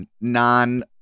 non